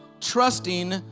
trusting